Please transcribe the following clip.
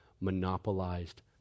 monopolized